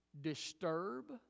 disturb